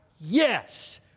Yes